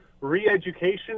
re-education